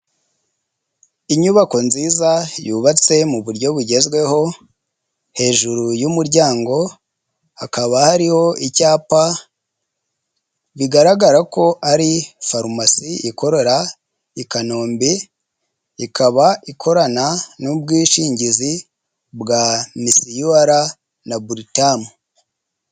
Inyubako nziza yubatse mu buryo bugezweho, hejuru 'y'umuryango hakaba hariho icyapa, bigaragara ko ari farumasi ikorera i Kanombe, ikaba ikorana n'ubwishingizi bwa MISUR na Britamu.